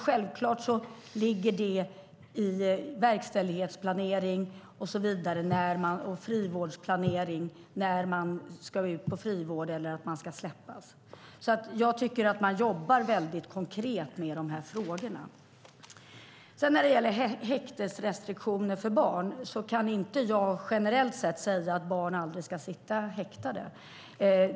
Självklart ligger det i verkställighetsplanering, frivårdsplanering och så vidare när någon ska ut på frivård eller släppas. Jag tycker alltså att man jobbar väldigt konkret med dessa frågor. När det sedan gäller häktesrestriktioner för barn kan jag inte generellt säga att barn aldrig ska sitta häktade.